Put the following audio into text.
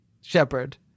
Shepard